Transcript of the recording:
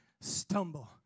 stumble